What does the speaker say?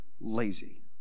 lazy